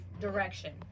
direction